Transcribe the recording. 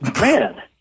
man